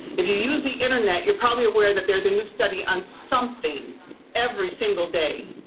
if you use the internet, you're probably aware that there's a new study on something every single day.